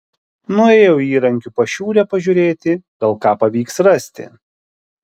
nuėjau į įrankių pašiūrę pažiūrėti gal ką pavyks rasti